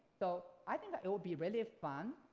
so i think that it would be really fun.